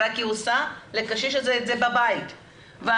רק היא עושה את זה בביתו של הקשיש,